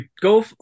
go